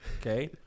Okay